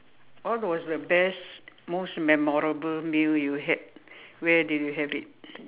what was the best most memorable meal you had where did you have it